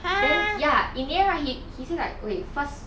then ya in the end right he he say like okay first